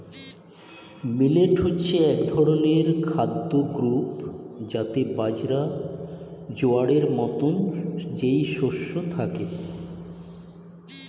millet হচ্ছে এক ধরনের খাদ্য গ্রূপ যাতে বাজরা, জোয়ারের মতো যেই শস্য থাকে